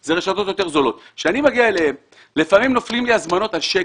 אלה רשתות יותר זולות לפעמים נופלות לי הזמנות על שקל.